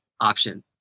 option